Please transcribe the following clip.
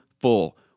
full